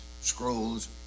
scrolls